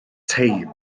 teim